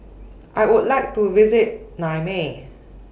I Would like to visit Niamey